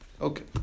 Okay